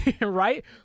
right